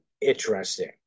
interesting